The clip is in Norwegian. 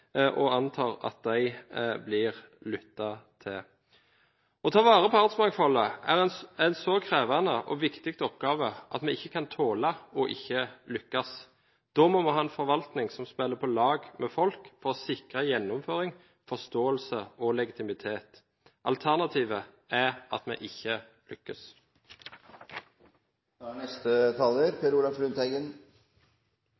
og antar at de blir lyttet til. Å ta vare på artsmangfoldet er en så krevende og viktig oppgave at vi ikke kan tåle ikke å lykkes. Da må vi ha en forvaltning som spiller på lag med folk for å sikre gjennomføring, forståelse og legitimitet. Alternativet er at vi ikke